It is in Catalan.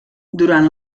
durant